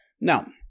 Now